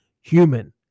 human